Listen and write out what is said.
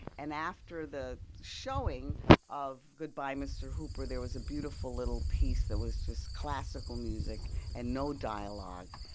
and after the showing of goodbye mr. hooper, there was a beautiful little piece that was just classical music and no dialogue.